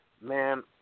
man